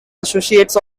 associates